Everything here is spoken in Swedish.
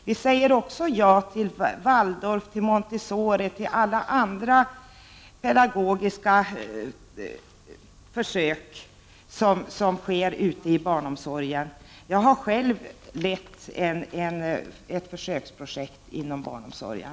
Vi säger också ja till Waldorfoch Montessorialternativ och andra pedagogiska försök inom barnomsorgen. Jag har själv lett ett försöksprojekt inom barnomsorgen.